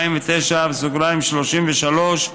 249(33)